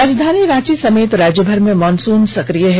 राजधानी रांची समेत राज्यभर में मॉनसून सक्रिय है